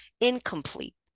incomplete